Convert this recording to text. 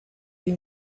you